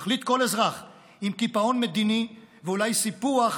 יחליט כל אזרח אם קיפאון מדיני ואולי סיפוח